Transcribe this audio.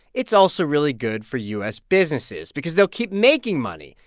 it's also really good for u s. businesses because they'll keep making money,